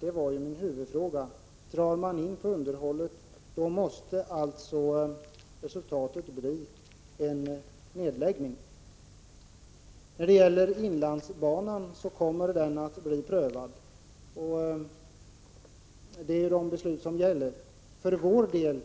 Det var min huvudfråga. Drar man in på underhållet, måste resultatet bli en nedläggning. Inlandsbanan kommer att bli prövad enligt de beslut som gäller. För vår del